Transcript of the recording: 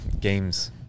games